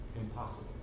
impossible